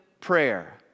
prayer